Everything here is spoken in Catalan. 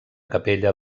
capella